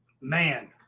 man